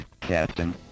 Captain